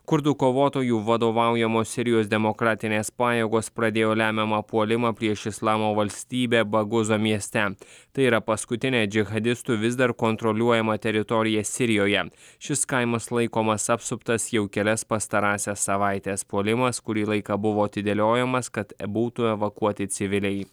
kurdų kovotojų vadovaujamos sirijos demokratinės pajėgos pradėjo lemiamą puolimą prieš islamo valstybę baguzo mieste tai yra paskutinė džihadistų vis dar kontroliuojama teritorija sirijoje šis kaimas laikomas apsuptas jau kelias pastarąsias savaites puolimas kurį laiką buvo atidėliojamas kad būtų evakuoti civiliai